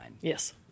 Yes